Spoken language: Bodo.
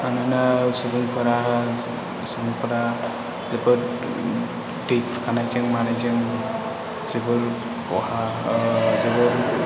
मानोना सुबुंफोरा सुबुंफोरा जोबोद दै खुरखानायजों मानायजों जोबोर खहा जोबोर